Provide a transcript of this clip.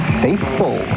faithful